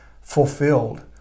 fulfilled